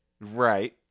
Right